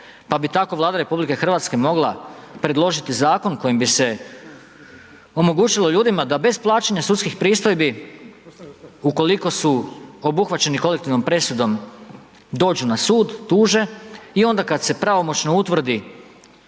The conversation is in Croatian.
pa bi tako Vlada Republike Hrvatske mogla predložiti zakon kojim bi se omogućilo ljudima da bez plaćanja sudskih pristojbi, ukoliko su obuhvaćeni kolektivnom presudom dođu na Sud, tuže, i onda kad se pravomoćno utvrdi